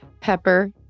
pepper